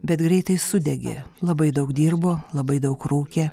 bet greitai sudegė labai daug dirbo labai daug rūkė